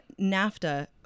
NAFTA